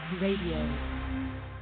Radio